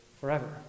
forever